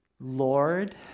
Lord